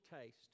taste